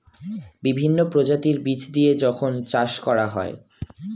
বিভিন্ন প্রজাতির বীজ দিয়ে যখন চাষ করা হয়